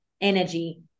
energy